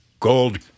Gold